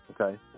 Okay